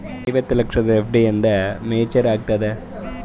ಐವತ್ತು ಲಕ್ಷದ ಎಫ್.ಡಿ ಎಂದ ಮೇಚುರ್ ಆಗತದ?